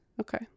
Okay